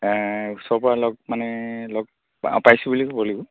ওচৰ পৰা লগ মানে লগ পাইছোঁ বুলি ক'ব লাগিব